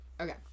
Okay